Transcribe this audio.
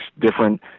different